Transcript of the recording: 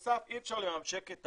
בנוסף, אי אפשר לממשק את